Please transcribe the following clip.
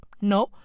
no